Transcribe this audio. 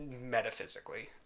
metaphysically